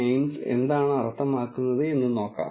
names എന്താണ് അർത്ഥമാക്കുന്നത് എന്ന് നോക്കാം